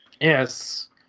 Yes